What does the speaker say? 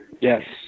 Yes